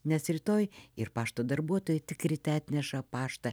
nes rytoj ir pašto darbuotojai tik ryte atneša paštą